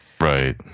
Right